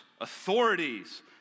authorities